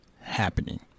happening